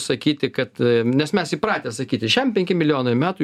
sakyti kad nes mes įpratę sakyti šem penki milijonai metų